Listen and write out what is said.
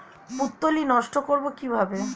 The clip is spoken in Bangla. পুত্তলি নষ্ট করব কিভাবে?